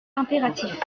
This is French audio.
impératif